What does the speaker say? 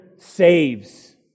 Saves